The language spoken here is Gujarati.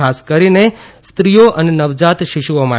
ખાસ કરીને ીઓ અને નવજાત શિશુઓ માટે